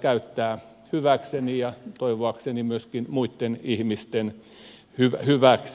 käyttää hyväkseni ja toivoakseni myöskin muitten ihmisten hyväksi